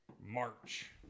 March